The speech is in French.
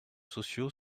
sociaux